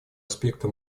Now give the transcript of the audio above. аспекта